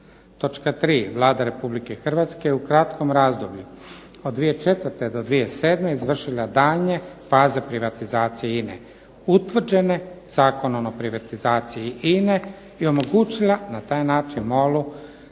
Točka 3. Vlada Republike Hrvatske je u kratkom razdoblju, od 2004. do 2007. izvršila daljnje faze privatizacije INA-e utvrđene Zakonom o privatizaciji INA-e i omogućila na taj način MOL-u